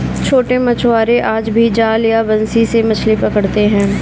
छोटे मछुआरे आज भी जाल या बंसी से मछली पकड़ते हैं